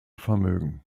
vermögen